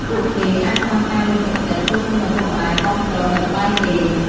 ពួកគេអាចខ្វះការលើកទឹកចិត្ត ព្រោះគ្មានឪពុកម្តាយគាំទ្រនៅក្បែរគេ។